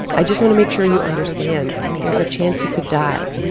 i just want to make sure you understand there's a chance you could die.